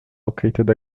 located